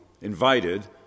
invited